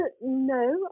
No